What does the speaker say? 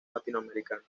latinoamericana